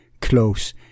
close